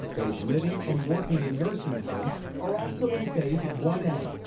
those living and working in nursing homes are also in phase one a.